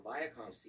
Viacom